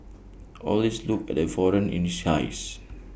always look at the foreigner in his eyes